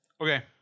Okay